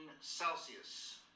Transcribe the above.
celsius